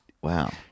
wow